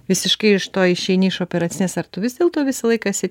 visiškai iš to išeini iš operacinės ar tu vis dėlto visą laiką esi